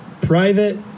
private